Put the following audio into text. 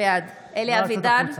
בעד אלי אבידר,